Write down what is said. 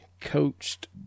coached –